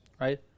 Right